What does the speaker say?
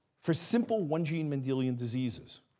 for simple one gene mendelian diseases,